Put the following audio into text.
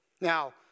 Now